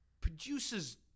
produces